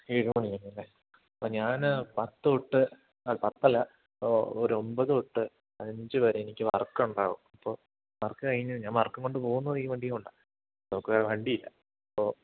ഏഴ് മണി വരെ അല്ലേ അപ്പം ഞാൻ പത്ത് തൊട്ട് അല്ല പത്ത് അല്ല ഒരു ഒമ്പത് തൊട്ട് അഞ്ചു വരെ എനിക്ക് വർക്ക് ഉണ്ടാവും അപ്പം വർക്ക് കഴിഞ്ഞു ഞാൻ വർക്ക് ഉണ്ട് പോവുന്നത് ഈ വണ്ടി കൊണ്ടാണ് നമുക്ക് വേറെ വണ്ടി ഇല്ല അപ്പോൾ